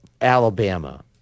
Alabama